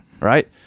right